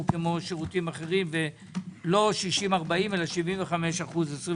כמו שירותים אחרים ולא 60-40 אלא 75%-25%.